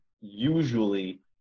usually